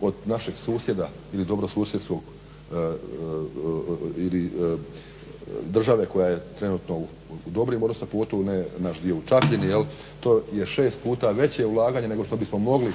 od našeg susjeda ili dobrosusjedstvo ili države koja je trenutno u dobrim odnosno pogotovo ne naš dio u Čapini, jel? To je 6 puta veće ulaganje nego što bismo mogli